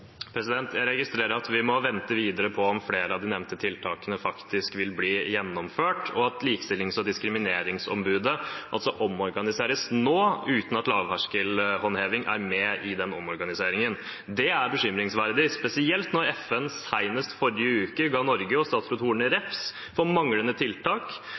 Jeg registrerer at vi må vente lenger på om flere av de nevnte tiltakene faktisk vil bli gjennomført, og at Likestillings- og diskrimineringsombudet omorganiseres nå uten at lavterskelhåndheving er med i omorganiseringen. Det er bekymringsfullt, spesielt når FN senest forrige uke ga Norge og statsråd Horne refs for manglende tiltak